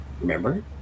Remember